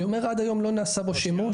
אני אומר עד היום לא נעשה בו שימוש.